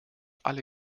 alle